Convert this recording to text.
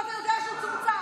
ואתה יודע שהוא צומצם.